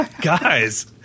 Guys